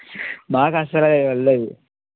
మాకు అసలు వెళ్ళదు